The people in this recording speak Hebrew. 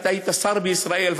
אתה היית שר בישראל,